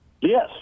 Yes